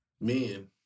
men